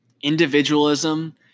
Individualism